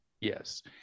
Yes